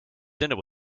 dinner